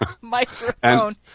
microphone